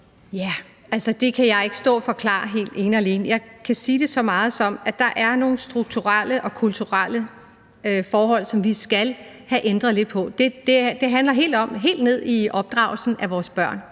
(KF): Det kan jeg ikke stå at forklare helt ene og alene. Jeg kan sige så meget, at der er nogle strukturelle og kulturelle forhold, som vi skal have ændret lidt på. Det går helt ned i opdragelsen af vores børn.